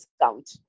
discount